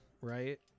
right